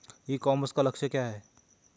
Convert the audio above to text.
ई commerce का लक्ष्य क्या है?